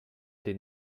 den